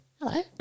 Hello